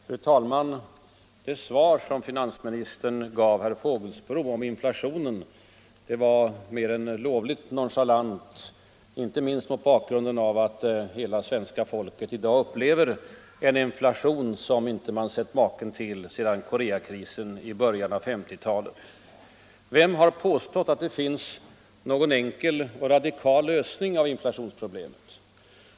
Fru talman! Det svar finansministern gav herr Fågelsbo om inflationen var mer än lovligt nonchalant, inte minst mot bakgrunden av att hela svenska folket i dag upplever en inflation som man inte sett maken till sedan Koreakrisen i början av 1950-talet. Vem har påstått att det finns någon ”enkel och radikal” lösning av inflationsproblemet?